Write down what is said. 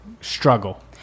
struggle